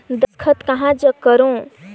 दस्खत कहा जग करो?